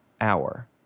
hour